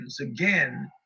again